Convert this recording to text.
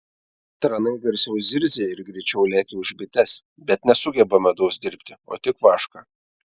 tranai garsiau zirzia ir greičiau lekia už bites bet nesugeba medaus dirbti o tik vašką